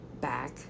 back